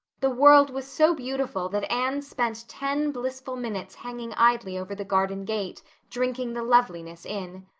the world was so beautiful that anne spent ten blissful minutes hanging idly over the garden gate drinking the loveliness in.